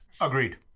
Agreed